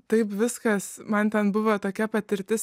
taip viskas man ten buvo tokia patirtis